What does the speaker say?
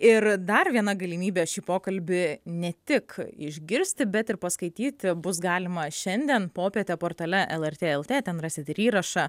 ir dar viena galimybė šį pokalbį ne tik išgirsti bet ir paskaityti bus galima šiandien popietę portale lrt lt ten rasit ir įrašą